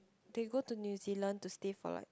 they go to New-Zealand to stay for like